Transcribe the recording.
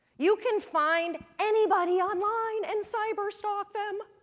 you can find anybody online and cyber-stalk them!